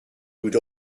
would